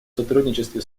сотрудничестве